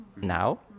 now